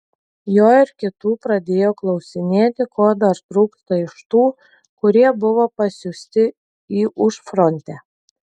jo ir kitų pradėjo klausinėti ko dar trūksta iš tų kurie buvo pasiųsti į užfrontę